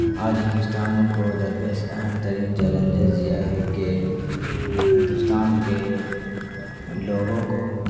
آج ہندوستان کو درپیش اہم ترین چیلنجز یہ ہیں کہ ہندوستان کے لوگوں کو